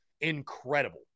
Incredible